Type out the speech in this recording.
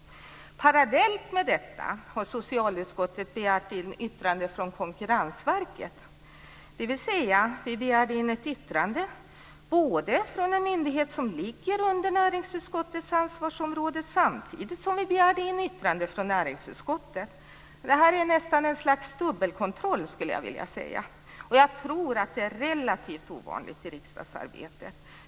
Parallellt med detta har socialutskottet begärt in ett yttrande från Konkurrensverket, dvs. att vi begärde in ett yttrande från en myndighet som ligger under näringsutskottets ansvarsområde samtidigt som vi begärde in ett yttrande från näringsutskottet. Det här är nästan ett slags dubbelkontroll, skulle jag vilja säga, och jag tror att det är relativt ovanligt i riksdagsarbetet.